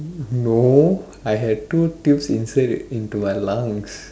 no I had two tubes inserted into my lungs